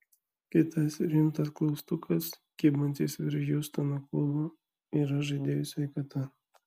kitas rimtas klaustukas kybantis virš hjustono klubo yra žaidėjų sveikata